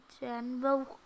general